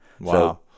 Wow